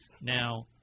Now